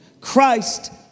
Christ